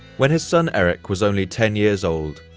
when his son erik was only ten years old,